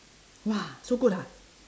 !wah! so good ah